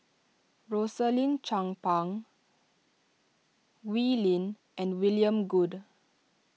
Rosaline Chan Pang Wee Lin and William Goode